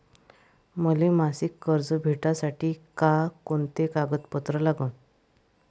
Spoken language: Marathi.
मले मासिक कर्ज भेटासाठी का कुंते कागदपत्र लागन?